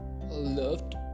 loved